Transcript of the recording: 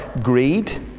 Greed